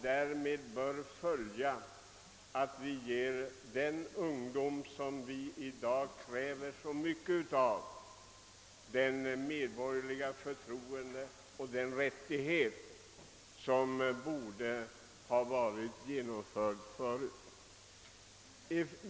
Därmed bör följa att vi ger den ungdom vi i dag kräver så mycket av det medborgerliga förtroende och den rättighet som borde ha varit genomförd tidigare.